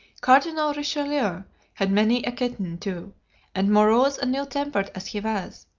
cardinal richelieu had many a kitten, too and morose and ill-tempered as he was,